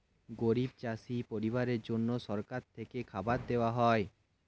গরিব চাষি পরিবারের জন্য সরকার থেকে খাবার দেওয়া